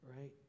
right